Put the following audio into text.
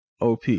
OP